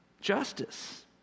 justice